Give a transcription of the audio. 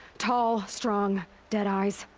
tall, strong. dead eyes.